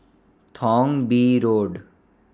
Thong Bee Road